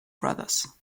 brothers